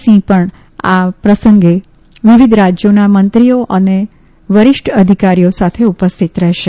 સિંહ પણ આ પ્રસંગે વિવિધ રાજ્યોના મંત્રીઓ અને વરિષ્ઠ અધિકારીઓ સાથે ઉપસ્થિત રહેશે